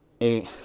eight